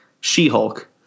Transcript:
She-Hulk